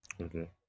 Okay